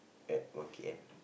at one K_M